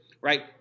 right